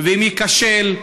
ואם ייכשל,